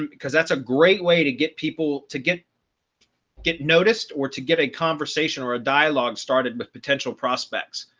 because that's a great way to get people to get get noticed or to get a conversation or a dialogue started with potential prospects.